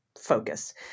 focus